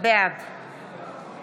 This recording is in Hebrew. בעד